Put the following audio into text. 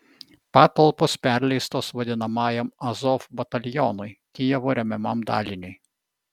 patalpos perleistos vadinamajam azov batalionui kijevo remiamam daliniui